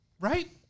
right